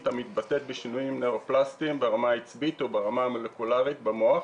המתבטאת בשינויים נירו-פלסטיים ברמה העצבית וברמה המולקולרית במוח.